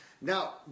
Now